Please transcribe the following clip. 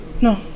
No